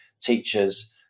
teachers